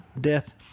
death